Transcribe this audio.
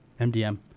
MDM